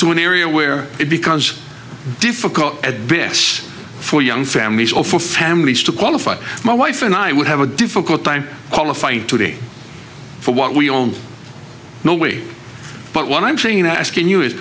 to an area where it becomes difficult at bitch for young families or for families to qualify my wife and i would have a difficult time qualifying today for what we own no way but what i'm saying in asking you is